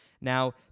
Now